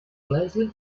lesley